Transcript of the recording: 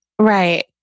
Right